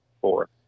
Four